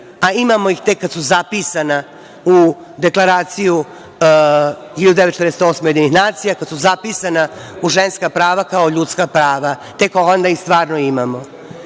a imamo ih tek kada su zapisana u Deklaraciju 1948. UN, kada su zapisana u ženska prava kao ljudska prava, tek onda ih stvarno imamo. Ovaj